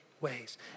ways